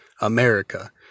America